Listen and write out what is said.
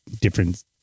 different